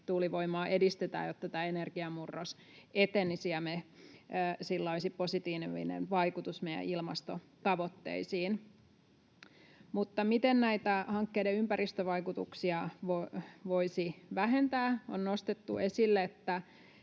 merituulivoimaa edistetään, jotta tämä energiamurros etenisi ja sillä olisi positiivinen vaikutus meidän ilmastotavoitteisiin. Mutta miten näitä hankkeiden ympäristövaikutuksia voisi vähentää? On nostettu esille, että